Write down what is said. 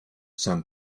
some